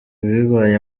bibaye